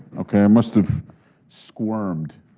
okay, i must have squirmed.